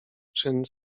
czyn